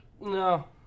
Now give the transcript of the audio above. No